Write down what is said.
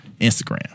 Instagram